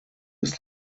ist